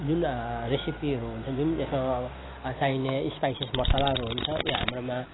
जुन रेसिपीहरू हुन्छ जुन त्यसमा चाहिने स्पाइसेस मसालाहरू हुन्छ त्यो हाम्रोमा